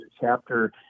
chapter